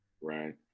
Right